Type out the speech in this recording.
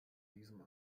diesem